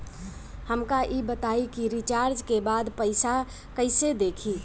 हमका ई बताई कि रिचार्ज के बाद पइसा कईसे देखी?